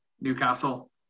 Newcastle